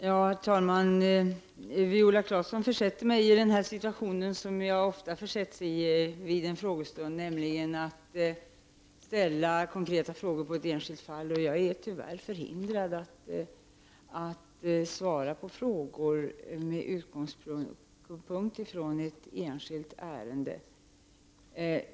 Herr talman! Genom att ställa konkreta frågor om ett enskilt fall försätter Viola Claesson mig i en situation som jag ofta försätts i vid en frågestund. Jag är tyvärr förhindrad att svara på frågor som är ställda med utgångspunkt i ett enskild ärende.